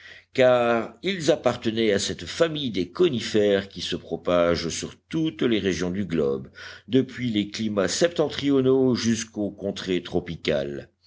car ils appartenaient à cette famille des conifères qui se propage sur toutes les régions du globe depuis les climats septentrionaux jusqu'aux contrées tropicales